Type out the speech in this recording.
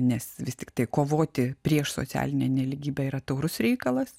nes vis tiktai kovoti prieš socialinę nelygybę yra taurus reikalas